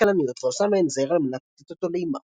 כלניות ועושה מהן זר על מנת לתת אותו לאמה.